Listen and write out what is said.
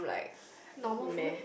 normal food